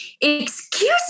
excuse